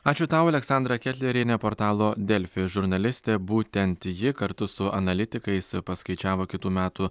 ačiū tau aleksandra ketlerienė portalo delfi žurnalistė būtent ji kartu su analitikais paskaičiavo kitų metų